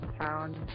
town